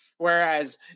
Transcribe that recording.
Whereas